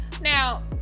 Now